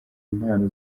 impano